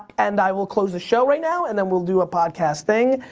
and i will close the show right now and then we'll do a podcast thing.